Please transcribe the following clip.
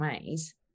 ways